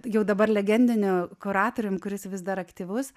jau dabar legendiniu kuratorium kuris vis dar aktyvus